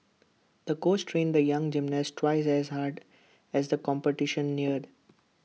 the coach trained the young gymnast twice as hard as the competition neared